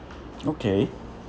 okay